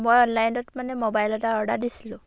মই অনলাইনত মানে ম'বাইল এটা অৰ্ডাৰ দিছিলোঁ